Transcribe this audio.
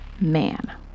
man